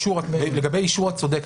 לגבי אישר, את צודקת.